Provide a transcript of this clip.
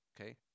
Okay